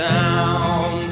Down